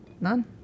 None